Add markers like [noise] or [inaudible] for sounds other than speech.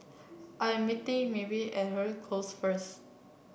I am meeting [unintelligible] Close first